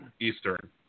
Eastern